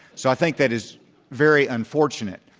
so i think that is very unfortunate.